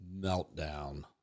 meltdown